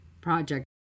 project